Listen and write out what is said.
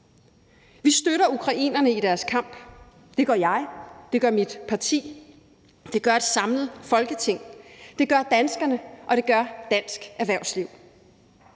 Vi støtter ukrainerne i deres kamp. Det gør jeg, det gør mit parti, det gør et samlet Folketing, det gør danskerne, og det gør dansk erhvervsliv.